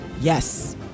Yes